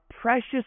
precious